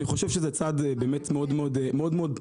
אני חושב שזה צעד באמת מאוד מאוד טריקי,